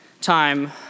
time